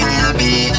happy